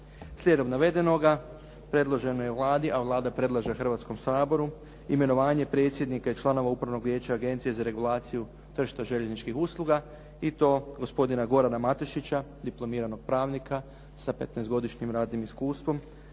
Slijedom navedenoga predloženo je Vladi, a Vlada predlaže Hrvatskom saboru imenovanje predsjednika i članova Upravnog vijeća Agencije za regulaciju tržišta željezničkih usluga i to gospodina Gorana Matešića, diplomiranog pravnika sa 15 godišnjim radnim iskustvom